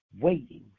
waiting